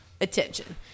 attention